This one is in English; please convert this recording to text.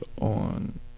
on